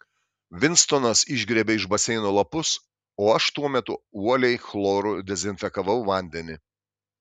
vinstonas išgriebė iš baseino lapus o aš tuo metu uoliai chloru dezinfekavau vandenį